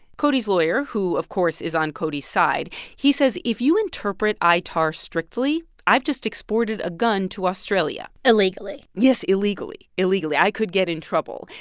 cody's lawyer, who, of course, is on cody's side he says if you interpret itar strictly, i've just exported a gun to australia illegally yes, illegally. illegally. i could get in trouble.